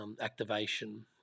activation